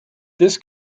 this